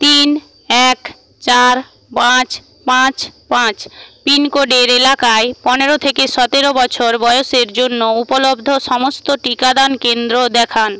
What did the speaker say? তিন এক চার পাঁচ পাঁচ পাঁচ পিনকোডের এলাকায় পনেরো থেকে সতেরো বছর বয়সের জন্য উপলব্ধ সমস্ত টিকাদান কেন্দ্র দেখান